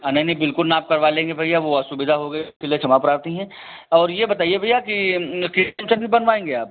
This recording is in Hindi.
हाँ नहीं नहीं बिल्कुल नाप करवा लेंगे भैया वह असुविधा हो गई उसके लिए क्षमा प्रार्थी हैं और यह बताइए भैया कि किचेन ऊचेन भी बनवाएंगे आप